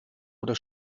oder